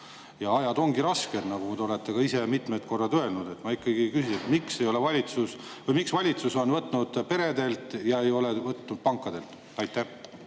Ajad ongi rasked, nagu te olete ka ise mitmel korral öelnud. Ma ikkagi küsin: miks valitsus on võtnud [raha] peredelt ja ei ole võtnud pankadelt? Aitäh!